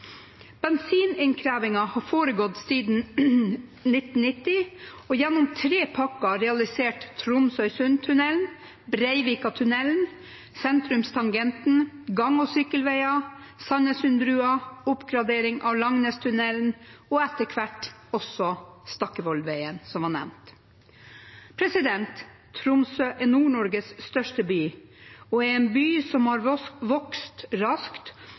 har foregått siden 1990 og gjennom tre pakker realisert Tromsøysundtunnelen, Breivikatunnelen, Sentrumstangenten, gang- og sykkelveier, Sandnessundbrua, oppgradering av Langnestunnelen og etter hvert også Stakkevollvegen, som nevnt. Tromsø er Nord-Norges største by og er en by som har vokst raskt,